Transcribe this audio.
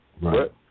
Right